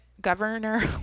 governor